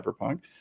Cyberpunk